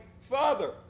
Father